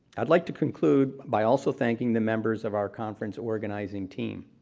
i'd like to conclude by also thanking the members of our conference organizing team.